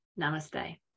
namaste